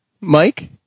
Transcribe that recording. Mike